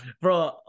bro